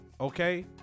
okay